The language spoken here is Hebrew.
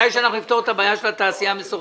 מתי שנפתור את הבעיה של התעשייה המסורתית.